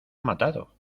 matado